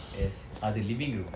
yes அது:athu living room